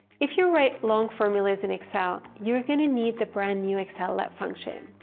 if you write long formulas in excel, you're going to need the brand-new excel let function.